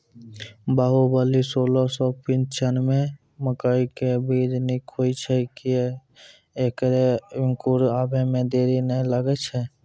बाहुबली सोलह सौ पिच्छान्यबे मकई के बीज निक होई छै किये की ऐकरा अंकुर आबै मे देरी नैय लागै छै?